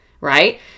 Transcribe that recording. right